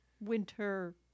winter